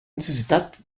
necessitat